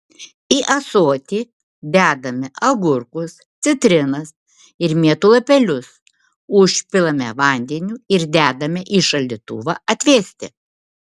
į ąsoti dedame agurkus citrinas ir mėtų lapelius užpilame vandeniu ir dedame į šaldytuvą atvėsti